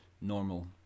normal